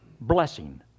blessing